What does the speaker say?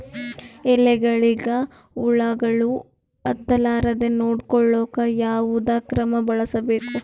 ಎಲೆಗಳಿಗ ಹುಳಾಗಳು ಹತಲಾರದೆ ನೊಡಕೊಳುಕ ಯಾವದ ಕ್ರಮ ಬಳಸಬೇಕು?